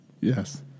Yes